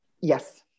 Yes